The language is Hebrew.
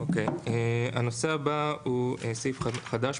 הנושא הבא: סעיף חדש,